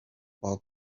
but